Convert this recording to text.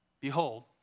behold